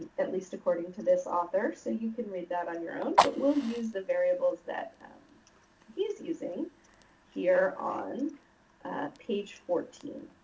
at least according to this author. so, you can read that on your own. but, we'll use the variables that he is using here on page fourteen.